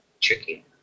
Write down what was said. tricky